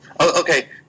Okay